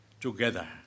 together